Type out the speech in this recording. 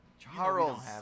Charles